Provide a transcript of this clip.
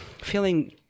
feeling –